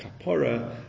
Kapora